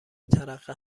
ترقه